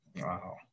Wow